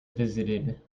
visited